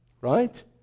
Right